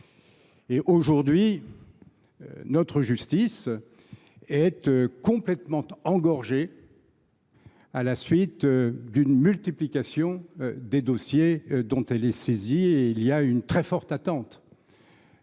! Aujourd’hui, notre justice est complètement engorgée à la suite d’une multiplication des dossiers dont elle est saisie. Nos concitoyens expriment leur attente